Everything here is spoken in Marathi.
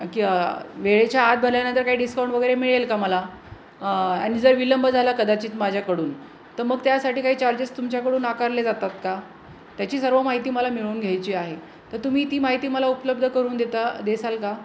की वेळेच्या आत भल्यानंतर काही डिस्काउंट वगैरे मिळेल का मला आणि जर विलंब झाला कदाचित माझ्याकडून तर मग त्यासाठी काही चार्जेस तुमच्याकडून आकारले जातात का त्याची सर्व माहिती मला मिळून घ्यायची आहे त तुम्ही ती माहिती मला उपलब्ध करून देता देसाल का